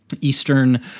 Eastern